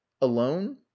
alone